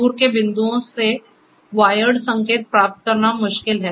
दूर के बिंदुओं से वायर्ड संकेत प्राप्त करना मुश्किल है